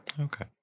Okay